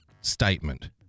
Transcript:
statement